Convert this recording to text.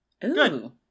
Good